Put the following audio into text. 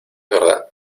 verdad